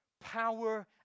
power